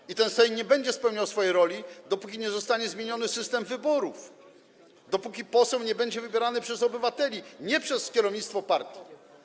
I ten Sejm nie będzie spełniał swojej roli, dopóki nie zostanie zmieniony system wyborów, dopóki poseł nie będzie wybierany przez obywateli, a przez kierownictwo partii.